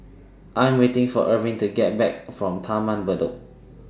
I'm waiting For Arvin to Come Back from Taman Bedok